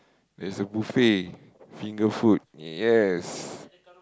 there is a buffet finger food yes